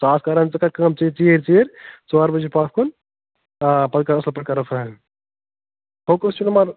ژٕ آس کَران ژٕ کَر کٲم ژٕ یہِ ژیٖرۍ ژیٖرۍ ژور بجے پَتھ کُن آ پَتہٕ کَرو اصٕل پٲٹھۍ فریم فوکس چھُنہٕ مَطلب